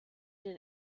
den